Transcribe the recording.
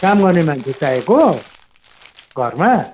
काम गर्ने मान्छे चाहिएको घरमा